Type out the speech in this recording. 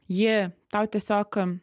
jį tau tiesiog